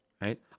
right